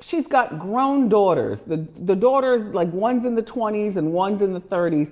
she's got grown daughters, the the daughters, like, one's in the twenty s and ones in the thirty s